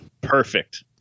perfect